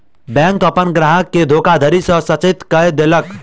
bank अपन ग्राहक के धोखाधड़ी सॅ सचेत कअ देलक